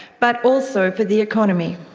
but also for the economy.